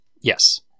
Yes